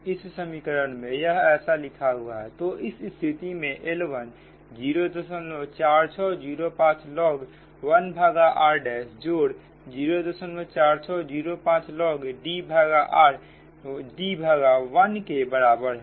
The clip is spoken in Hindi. इस समीकरण 33 में यह ऐसा लिखा हुआ हैतो इस स्थिति में L1 04605 log 1 भागा r' जोड़ 04605 logD भागा 1 के बराबर है